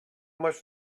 much